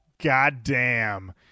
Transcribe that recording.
Goddamn